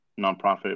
nonprofit